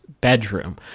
bedroom